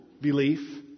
belief